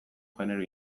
genero